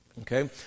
okay